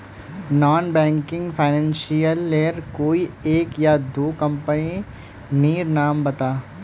Non banking financial लेर कोई एक या दो कंपनी नीर नाम बता?